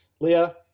Leah